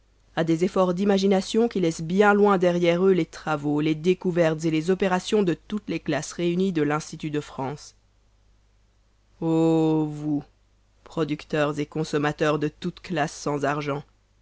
à des efforts d'imagination qui laissent bien loin derrière eux les travaux les découvertes et les opérations de toutes les classes réunies de l'institut de france o vous producteurs et consommateurs de toutes classes sans argent